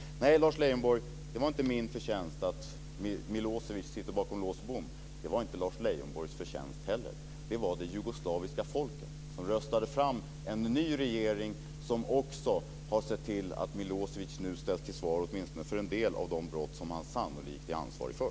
Nej, Lars Leijonborg, det var inte min förtjänst att Milo evic sitter bakom lås och bom. Det var inte heller Lars Leijonborgs förtjänst. Det var det jugoslaviska folket som röstade fram en ny regering som också har sett till att Milo evic ställs till svars för åtminstone en del av de brott som han sannolikt är ansvarig för.